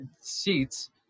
seats